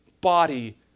body